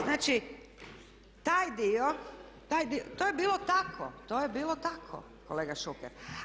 Znači taj dio, to je bilo tako, to je bilo tako kolega Šuker.